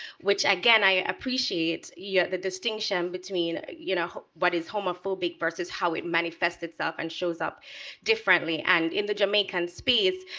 which again, i appreciate yeah the distinction between you know what is homophobic versus how it manifests itself and shows up differently. and in the jamaican space,